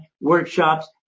workshops